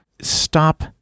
stop